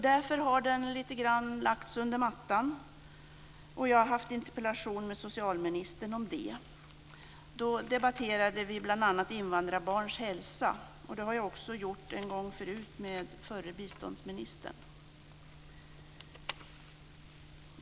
Därför har den lite grann lagts under mattan. Jag har haft en interpellationsdebatt med socialministern om detta. Då debatterade vi bl.a. invandrarbarns hälsa, vilket jag också har gjort en gång tidigare med förre biståndsministern.